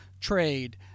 trade